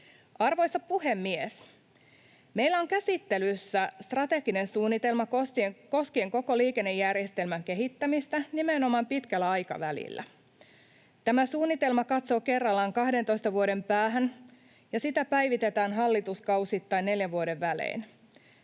Arvoisa puhemies! Meillä on käsittelyssä strateginen suunnitelma koskien koko liikennejärjestelmän kehittämistä nimenomaan pitkällä aikavälillä. Tämä suunnitelma katsoo kerrallaan 12 vuoden päähän, ja sitä päivitetään hallituskausittain, neljän vuoden välein.